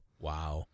Wow